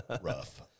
Rough